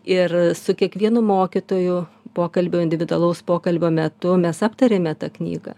ir su kiekvienu mokytoju pokalbio individualaus pokalbio metu mes aptarėme tą knygą